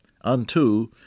Unto